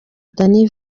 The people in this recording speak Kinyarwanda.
danny